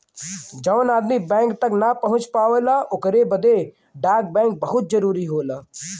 जौन आदमी बैंक तक ना पहुंच पावला ओकरे बदे डाक बैंक बहुत जरूरी होला